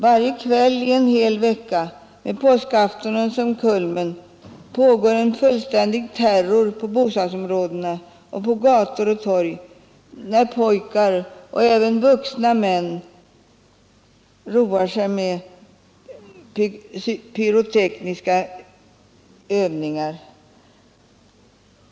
Varje kväll under en hel vecka, med påskafton som kulmen, pågår en fullständig terror inom bostadsområdena och på gator och torg, när pojkar och även vuxna män roar sig med pyrotekniska övningar.